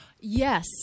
Yes